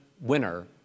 winner